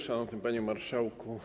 Szanowny Panie Marszałku!